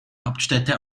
hauptstädte